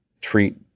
treat